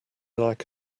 like